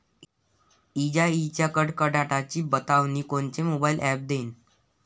इजाइच्या कडकडाटाची बतावनी कोनचे मोबाईल ॲप देईन?